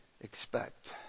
expect